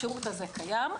השירות הזה קיים.